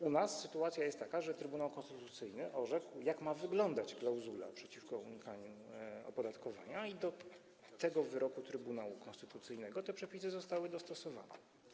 U nas sytuacja jest taka, że Trybunał Konstytucyjny orzekł, jak ma wyglądać klauzula przeciwko unikaniu opodatkowania, i do tego wyroku Trybunału Konstytucyjnego te przepisy zostały dostosowane.